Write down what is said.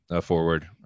forward